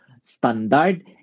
standard